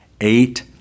eight